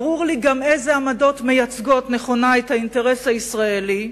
ברור לי גם אילו עמדות מייצגות נכונה את האינטרס הישראלי.